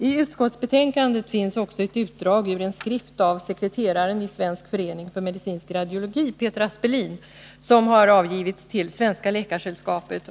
I utskottsbetänkandet finns också ett utdrag ur en skrift av sekreteraren i Svensk förening för medicinsk radiologi, Peter Aspelin, som har avgivits till Svenska läkaresällskapet.